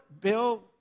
bill